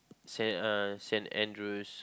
Saint uh Saint-Andrew's